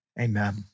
Amen